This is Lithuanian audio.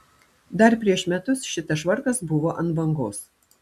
dar prieš metus šitas švarkas buvo ant bangos